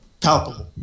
palpable